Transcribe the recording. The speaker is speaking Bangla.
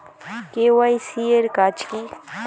কে.ওয়াই.সি এর কাজ কি?